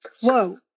whoa